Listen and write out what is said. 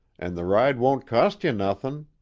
and the ride won't cost you nothin'.